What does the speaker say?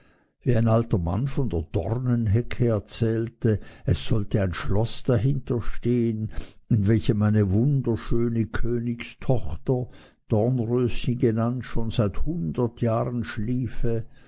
ein alter mann von der dornhecke erzählte es sollte ein schloß dahinter stehen in welchem eine wunderschöne königstochter dornröschen genannt schon seit hundert jahren schliefe